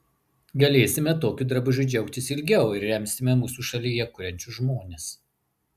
galėsime tokiu drabužiu džiaugtis ilgiau ir remsime mūsų šalyje kuriančius žmones